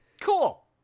Cool